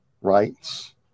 rights